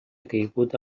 caiguda